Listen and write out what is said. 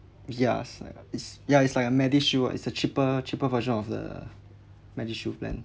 ya it's like a it's ya it's like a medishield ah it's a cheaper cheaper version of the medishield plan